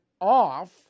off